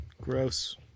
Gross